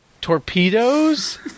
Torpedoes